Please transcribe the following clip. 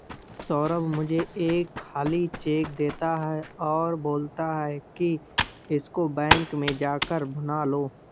सौरभ मुझे एक खाली चेक देता है और बोलता है कि इसको बैंक में जा कर भुना लो